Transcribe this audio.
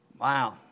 Wow